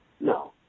No